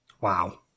Wow